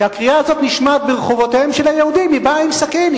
כשהקריאה הזאת נשמעת ברחובותיהם של היהודים היא באה עם סכין,